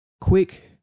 Quick